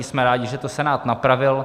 Jsme rádi, že to Senát napravil.